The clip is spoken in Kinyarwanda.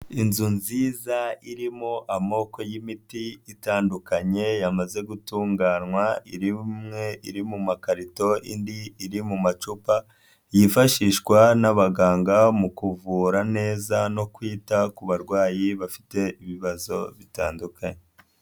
Inzu nziza irimo amoko y'imiti itandukanye yamaze gutunganywa imwe iri mu makarito indi iri mu macupa yifashishwa n'abaganga mu kuvura neza no kwita ku barwayi bafite ibibazo bitandukanye.